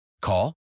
Call